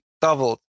doubled